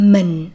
Mình